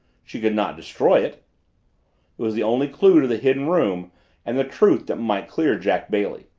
she could not destroy it it was the only clue to the hidden room and the truth that might clear jack bailey.